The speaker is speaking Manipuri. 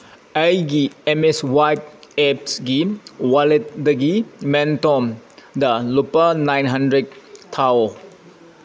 ꯑꯩꯒꯤ ꯑꯦꯝꯃꯦꯁꯋꯥꯏꯞ ꯑꯦꯞꯁꯒꯤ ꯋꯥꯂꯦꯠꯗꯒꯤ ꯃꯦꯝꯇꯣꯝꯗ ꯂꯨꯄꯥ ꯅꯥꯏꯟ ꯍꯟꯗ꯭ꯔꯦꯠ ꯊꯥꯎ